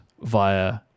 via